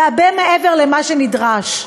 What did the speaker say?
והרבה מעבר למה שנדרש.